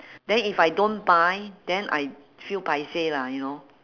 then if I don't buy then I feel paiseh lah you know